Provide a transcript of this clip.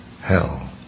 hell